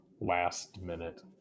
last-minute